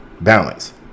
balance